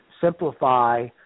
simplify